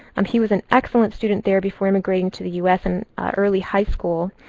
um he was an excellent student there before emigrating to the us in early high school.